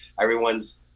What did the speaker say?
everyone's